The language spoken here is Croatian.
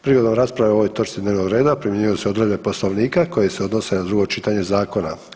Prigodom rasprave o ovoj točci dnevnog reda primjenjuju se odredbe Poslovnika koje se odnose na drugo čitanje zakona.